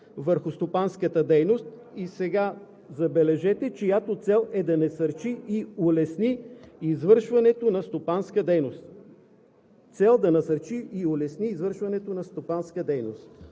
върху стопанската дейност“ – и сега забележете, „чиято цел е да насърчи и улесни извършването на стопанска дейност“. Цел: да насърчи и улесни извършването на стопанска дейност?!